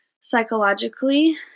Psychologically